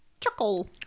Chuckle